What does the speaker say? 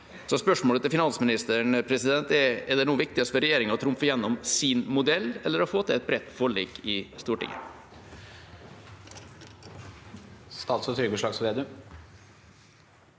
Spørsmålet til finansministeren er: Er det nå viktigst for regjeringa å trumfe gjennom sin modell eller å få til et bredt forlik i Stortinget?